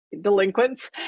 delinquents